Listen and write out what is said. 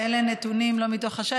אלה נתונים לא מהשטח,